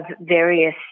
various –